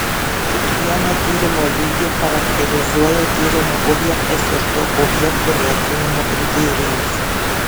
kiekvieną tyrimo lygį charakterizuoja tyrimo objektas ir to objekto vertinimo kriterijus